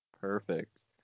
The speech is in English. perfect